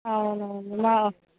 అవును మా